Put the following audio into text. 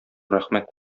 рәхмәт